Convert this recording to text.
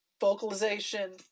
vocalization